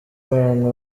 abantu